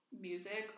music